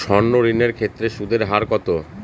সর্ণ ঋণ এর ক্ষেত্রে সুদ এর হার কত?